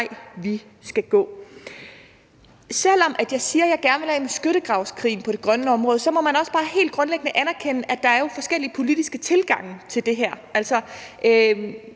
vi skal gå. Selv om jeg siger, jeg gerne vil af med skyttegravskrigen på det grønne område, så må man også bare helt grundlæggende anerkende, at der jo er forskellige politiske tilgange til det her. Jeg